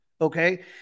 okay